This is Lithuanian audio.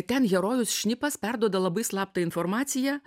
ten herojus šnipas perduoda labai slaptą informaciją